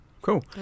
cool